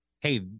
hey